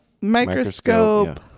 Microscope